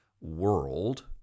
world